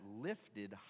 lifted